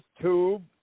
tube